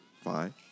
fine